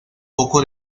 poco